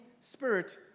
Spirit